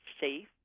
safe